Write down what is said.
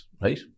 right